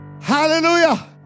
Hallelujah